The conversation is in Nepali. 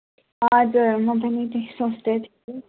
हजुर म पनि त्यही सोच्दैछु